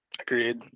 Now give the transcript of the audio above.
Agreed